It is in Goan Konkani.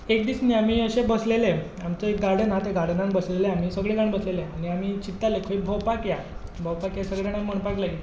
एक दीस न्ही आमी अशे बसलेले आमचें एक गार्डन आसा त्या गार्डनांत बसलेले आमी सगळे जाण बसलेले आनी आमी चिंत्ताले की भोंवपाक या भोंवपाक या सगळे जाण म्हणपाक लागले